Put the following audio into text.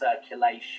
circulation